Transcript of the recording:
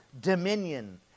dominion